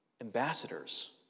Ambassadors